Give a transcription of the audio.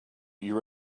you